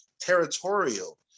territorial